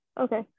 Okay